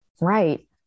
Right